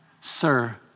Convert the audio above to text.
Sir